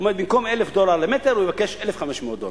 במקום 1,000 דולר למטר הוא יבקש 1,500 דולר.